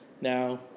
now